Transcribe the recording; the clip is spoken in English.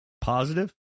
positive